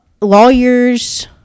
lawyers